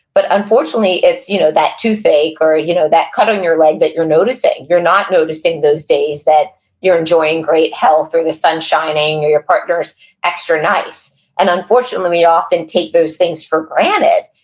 but unforunately, it's you know, that toothache, or you know, that cut on your leg that you're noticing, you're not noticing those days that you're enjoying great health, or the sun's shining, or your partner's extra nice. and unforunately, we often take those things for granted,